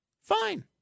Fine